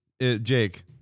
Jake